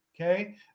Okay